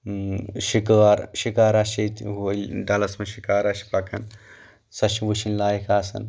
شکٲر شکارا چھُ ییٚتہِ ڈلس منٛز چھ شکارا پکان سۄ چھِ وٕچھِنۍ لایق آسان